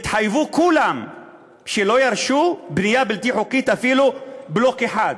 שהם לא ירשו בנייה בלתי חוקית, אפילו בלוק אחד,